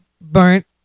burnt